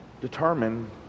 determine